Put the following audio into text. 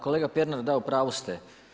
Kolega Pernar da u pravu ste.